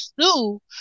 sue